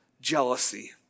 Jealousy